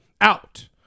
out